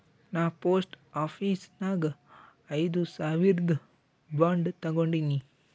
ನಾ post office ನಾಗ್ ಐಯ್ದ ಸಾವಿರ್ದು ಬಾಂಡ್ ತಗೊಂಡಿನಿ